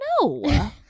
No